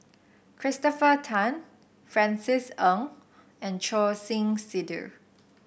Christopher Tan Francis Ng and Choor Singh Sidhu